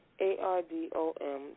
A-R-D-O-M